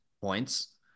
points